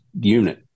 unit